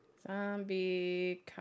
Zombie